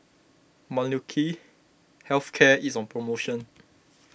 Molnylcke Health Care is on promotion